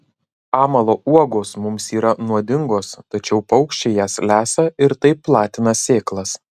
amalo uogos mums yra nuodingos tačiau paukščiai jas lesa ir taip platina sėklas